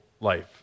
life